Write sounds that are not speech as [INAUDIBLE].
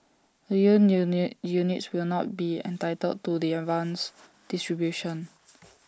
the new unit units will not be entitled to the [NOISE] advanced distribution